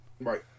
Right